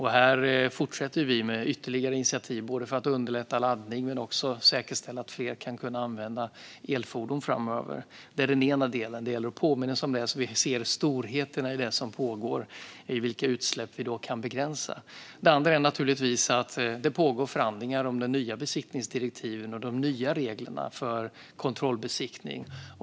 Här fortsätter vi med ytterligare initiativ, både för att underlätta laddning och för att säkerställa att fler kan använda elfordon framöver. Detta är den ena delen; det gäller att påminna sig om det, så att vi ser storheterna i det som pågår och vilka utsläpp vi kan begränsa. Den andra delen är naturligtvis att det pågår förhandlingar om det nya besiktningsdirektivet och de nya reglerna för kontrollbesiktning.